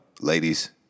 ladies